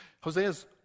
Hosea's